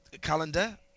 calendar